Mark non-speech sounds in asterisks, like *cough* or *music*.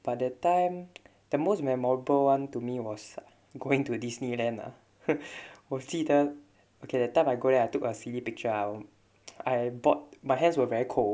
but that time the most memorable one to me was going to disneyland ah *laughs* 我记得 okay that time I go there I took a C_D picture I bought my hands were very cold